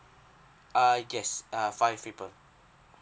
err yes uh five people